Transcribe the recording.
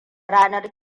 ranar